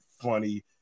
funny